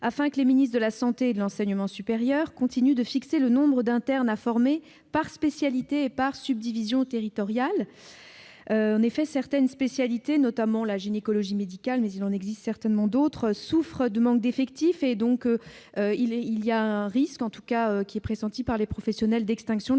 afin que les ministres de la santé et de l'enseignement supérieur continuent de fixer le nombre d'internes à former par spécialité et par subdivision territoriale. En effet, certaines spécialités, notamment la gynécologie médicale- mais il en existe certainement d'autres -souffrent d'un manque d'effectifs. Il existe ainsi un risque, pressenti par les professionnels, d'extinction de la discipline.